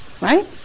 Right